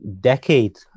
decade